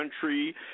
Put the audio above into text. Country